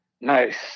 Nice